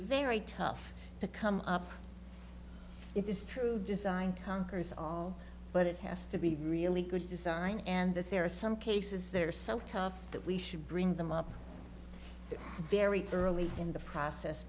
very tough to come up it is true design conquers all but it has to be a really good design and there are some cases that are so tough that we should bring them up very early in the process